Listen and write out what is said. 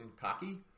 cocky